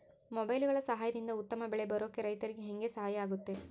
ಮೊಬೈಲುಗಳ ಸಹಾಯದಿಂದ ಉತ್ತಮ ಬೆಳೆ ಬರೋಕೆ ರೈತರಿಗೆ ಹೆಂಗೆ ಸಹಾಯ ಆಗುತ್ತೆ?